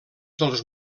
dels